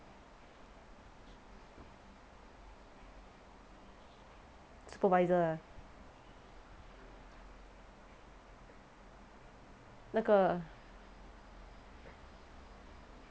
supervisor ah 那个